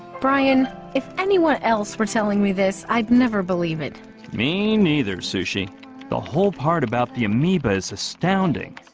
brian if anyone else were telling me this i'd never believe it me neither sushi the whole part about the amoeba is astounding